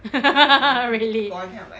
really